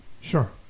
Sure